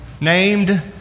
named